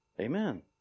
Amen